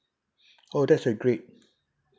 oh that's a great